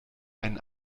ein